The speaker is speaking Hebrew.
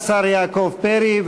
תודה לשר יעקב פרי,